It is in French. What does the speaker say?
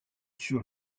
sur